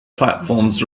platforms